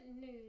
news